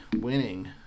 winning